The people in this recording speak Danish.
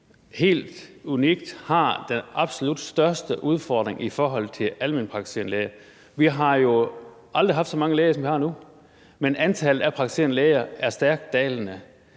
helt unikt har den absolut største udfordring i forhold til alment praktiserende læger? Vi har jo aldrig haft så mange læger, som vi har nu, men antallet af praktiserende læger er stærkt dalende.